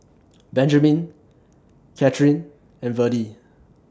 Benjamin Kathyrn and Verdie